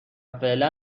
فعلا